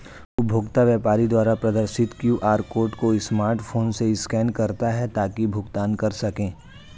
उपभोक्ता व्यापारी द्वारा प्रदर्शित क्यू.आर कोड को स्मार्टफोन से स्कैन करता है ताकि भुगतान कर सकें